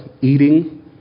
eating